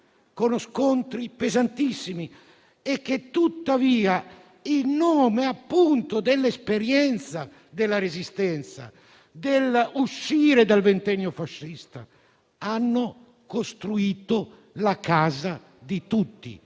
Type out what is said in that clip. con scontri pesantissimi; tuttavia, in nome appunto dell'esperienza della Resistenza e della necessità di uscire dal Ventennio fascista, hanno costruito la casa di tutti,